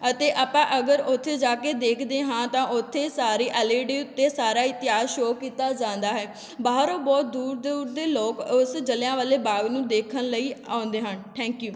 ਅਤੇ ਆਪਾਂ ਅਗਰ ਉੱਥੇ ਜਾ ਕੇ ਦੇਖਦੇ ਹਾਂ ਤਾਂ ਉੱਥੇ ਸਾਰੀ ਐਲ ਈ ਡੀ ਉੱਤੇ ਸਾਰਾ ਇਤਿਹਾਸ ਸ਼ੋਅ ਕੀਤਾ ਜ਼ਾਂਦਾ ਹੈ ਬਾਹਰੋਂ ਬਹੁਤ ਦੂਰ ਦੂਰ ਦੇ ਲੋਕ ਉਸ ਜਲਿਆਂ ਵਾਲੇ ਬਾਗ ਨੂੰ ਦੇਖਣ ਲਈ ਆਉਂਦੇ ਹਨ ਥੈਂਕ ਯੂ